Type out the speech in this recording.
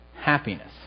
happiness